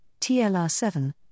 TLR7